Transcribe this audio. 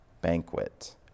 banquet